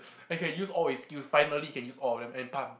and he can use all his skills finally can use all of them and